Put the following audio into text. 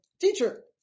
Teacher